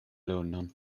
lunon